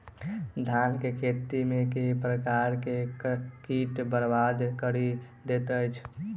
धान केँ खेती मे केँ प्रकार केँ कीट बरबाद कड़ी दैत अछि?